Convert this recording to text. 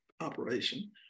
operation